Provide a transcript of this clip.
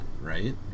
right